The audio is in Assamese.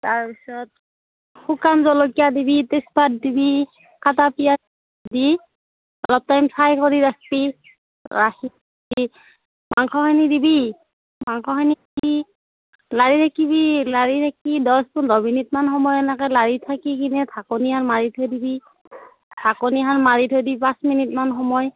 তাৰপিছত শুকান জলকীয়া দিবি তেজপাত দিবি কাটা পিয়াজ দি অলপ টাইম ফ্ৰাই কৰি ৰাখিবি ৰাখি মাংসখিনি দিবি মাংসখিনি দি লাৰি থাকিবি লাৰি থাকি দহ পোন্ধৰমিনিট মান সময় এনেকৈ লাৰি থাকি কিনে ঢাকনিখন মাৰি থৈ দিবি ঢাকনিখন মাৰি থৈ দি পাঁচ মিনিটমান সময়